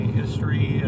history